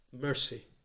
mercy